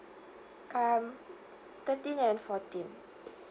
um thirteen and fourteen